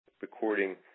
recording